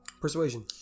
Persuasion